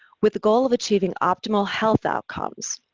with the goal of achieving optimal health outcomes.